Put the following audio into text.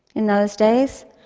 in those days,